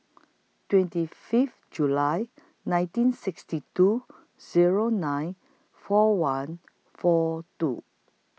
twenty Fifth July nineteen sixty two Zero nine four one four two